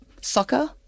Soccer